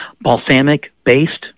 balsamic-based